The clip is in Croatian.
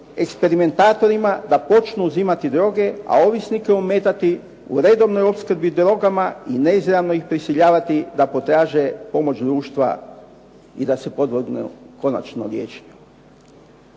eksperimentatorima da počnu uzimati droge, a ovisnike ometati u redovnoj opskrbi drogama i neizravno ih prisiljavati da potraže pomoć društva i da se podvrgnu konačno liječenju.